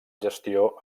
gestió